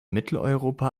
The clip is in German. mitteleuropa